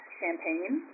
champagne